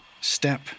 step